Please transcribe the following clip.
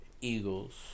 Eagles